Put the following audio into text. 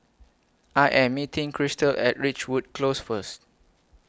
I Am meeting Christal At Ridgewood Close First